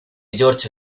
george